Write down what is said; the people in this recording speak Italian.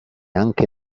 anche